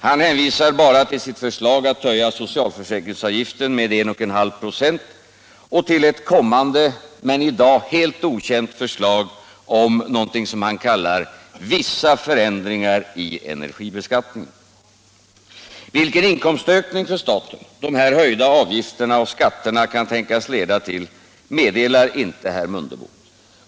Han hänvisar bara till sitt förslag att höja socialförsäkringsavgiften med 1,5 96 och till ett kommande, men i dag helt okänt förslag om ”vissa förändringar i energibeskattningen”. Vilken inkomstökning för staten dessa höjda avgifter och skatter kan tänkas leda till, meddelar inte herr Mundebo.